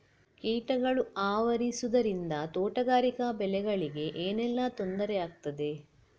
ಕೀಟಗಳು ಆವರಿಸುದರಿಂದ ತೋಟಗಾರಿಕಾ ಬೆಳೆಗಳಿಗೆ ಏನೆಲ್ಲಾ ತೊಂದರೆ ಆಗ್ತದೆ?